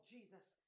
Jesus